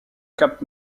cap